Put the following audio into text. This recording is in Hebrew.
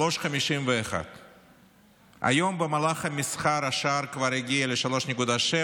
3.51. היום במהלך המסחר השער כבר הגיע ל-3.7,